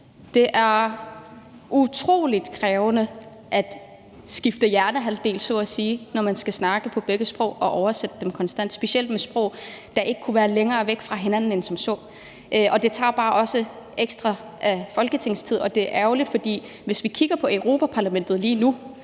Det er utrolig krævende at skifte hjernehalvdel så at sige, når man skal snakke på begge sprog og oversætte dem konstant, specielt med sprog, der ikke kunne være længere væk fra hinanden. Det tager også ekstra af Folketingets tid. Og det er ærgerligt, for hvis vi kigger på Europa-Parlamentet lige nu,